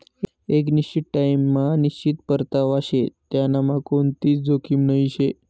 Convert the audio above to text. एक निश्चित टाइम मा निश्चित परतावा शे त्यांनामा कोणतीच जोखीम नही शे